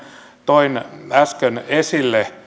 toin äsken esille